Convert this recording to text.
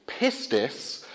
pistis